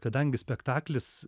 kadangi spektaklis